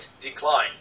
decline